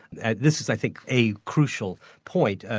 and this is i think a crucial point.